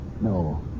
No